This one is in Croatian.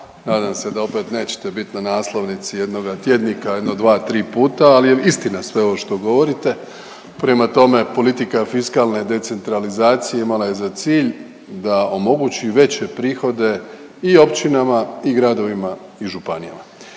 nadam se da opet nećete bit na naslovnici jednoga tjednika jedno 2-3 puta, ali je istina sve ovo što govorite. Prema tome, politika fiskalne decentralizacije imala je za cilj da omogući veće prihode i općinama i gradovima i županijama